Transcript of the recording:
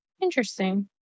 Interesting